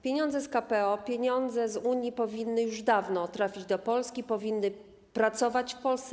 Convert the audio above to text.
Pieniądze z KPO, pieniądze z Unii powinny już dawno trafić do Polski, powinny pracować w Polsce.